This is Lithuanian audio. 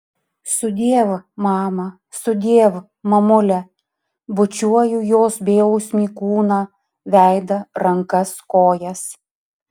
sudiev mama sudiev mamule bučiuoju jos bejausmį kūną veidą rankas kojas